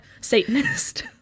Satanist